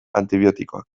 antibiotikoak